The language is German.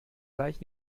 gleich